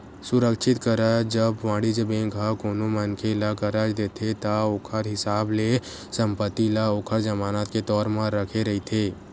सुरक्छित करज, जब वाणिज्य बेंक ह कोनो मनखे ल करज देथे ता ओखर हिसाब ले संपत्ति ल ओखर जमानत के तौर म रखे रहिथे